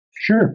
Sure